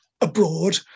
abroad